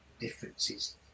differences